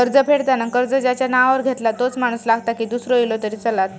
कर्ज फेडताना कर्ज ज्याच्या नावावर घेतला तोच माणूस लागता की दूसरो इलो तरी चलात?